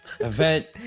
event